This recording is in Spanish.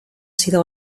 sido